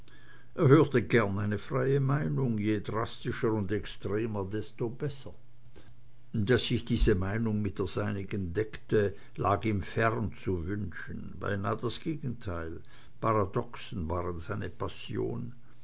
er hörte gern eine freie meinung je drastischer und extremer desto besser daß sich diese meinung mit der seinigen deckte lag ihm fern zu wünschen beinah das gegenteil paradoxen waren seine passion